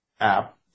app